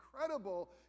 incredible